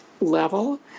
level